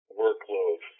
workload